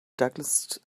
douglas